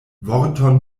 vorton